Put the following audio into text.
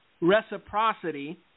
reciprocity